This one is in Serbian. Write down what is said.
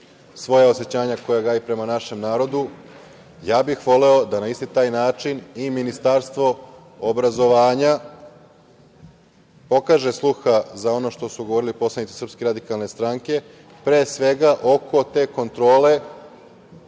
svoja osećanja koja gaji prema našem narodu. Ja bih voleo da na isti taj način i Ministarstvo obrazovanja pokaže sluha za ono što su govorili poslanici Srpske radikalne stranke, pre svega oko te kontrole